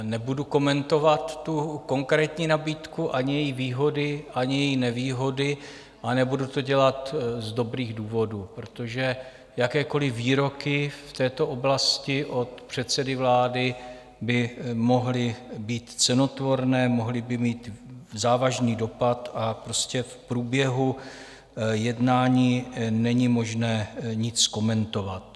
Nebudu komentovat tu konkrétní nabídku, ani její výhody, ani její nevýhody, a nebudu to dělat z dobrých důvodů, protože jakékoli výroky v této oblasti od předsedy vlády by mohly být cenotvorné, mohly by mít závažný dopad prostě v průběhu jednání není možné nic komentovat.